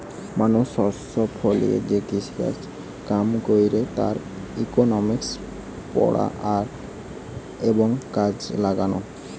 মানুষ শস্য ফলিয়ে যে কৃষিকাজ কাম কইরে তার ইকোনমিক্স পড়া আর এবং কাজে লাগালো